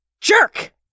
jerk